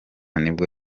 nibwo